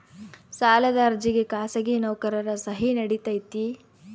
ಸಾಲದ ಅರ್ಜಿಗೆ ಖಾಸಗಿ ನೌಕರರ ಸಹಿ ನಡಿತೈತಿ?